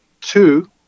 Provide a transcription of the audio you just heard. Two